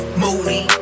moody